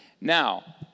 Now